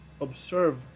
observe